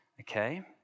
Okay